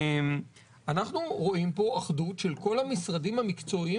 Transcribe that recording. אנחנו רואים פה אחדות של כל המשרדים המקצועיים